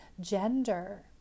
gender